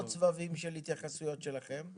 יהיו עוד סבבים של התייחסויות שלכם.